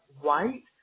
White